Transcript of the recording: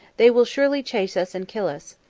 they will surely chase us and kill us.